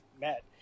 met